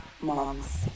Mom's